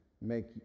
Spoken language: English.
make